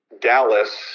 Dallas